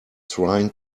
trying